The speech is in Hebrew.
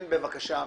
חברים,